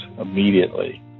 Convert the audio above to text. immediately